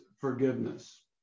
forgiveness